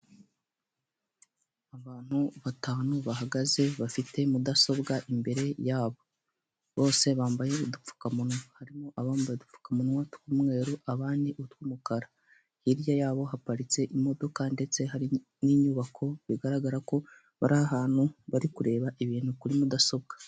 Abantu batanu bahagaze bafite mudasobwa imbere yabo bose bambaye udupfukamunwa harimo abambaye udupfukamunwa tw'umweru abandi utw'umukara hirya yabo haparitse imodoka ndetse hari n'inyubako bigaragara ko bari ahantu bari kureba ibintu kuri mudasobwa.